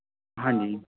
ਹਾਂਜੀ